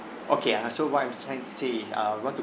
okay uh so what I'm trying to say is uh we want to